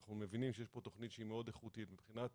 אנחנו מבינים שיש פה תכנית שהיא מאוד איכותית מבחינת